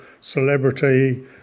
Celebrity